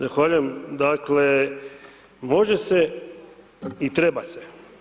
Zahvaljujem, dakle može se i treba se.